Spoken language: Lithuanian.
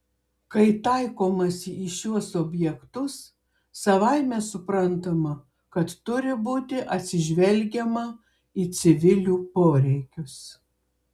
kai taikomasi į šiuos objektus savaime suprantama kad turi būti atsižvelgiama į civilių poreikius